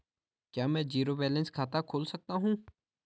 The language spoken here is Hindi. क्या मैं ज़ीरो बैलेंस खाता खोल सकता हूँ?